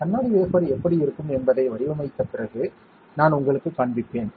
கண்ணாடி வேஃபர் எப்படி இருக்கும் என்பதை வடிவமைத்த பிறகு நான் உங்களுக்குக் காண்பிப்பேன்